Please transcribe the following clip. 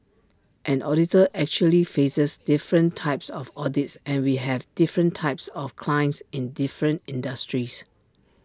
an auditor actually faces different types of audits and we have different types of clients in different industries